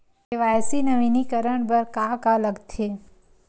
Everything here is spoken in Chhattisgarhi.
के.वाई.सी नवीनीकरण बर का का लगथे?